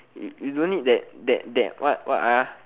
you don't need that that that what ah